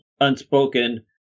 unspoken